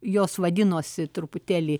jos vadinosi truputėlį